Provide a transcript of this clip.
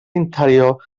interior